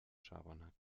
schabernack